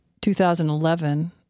2011